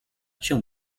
cię